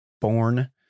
born